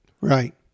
right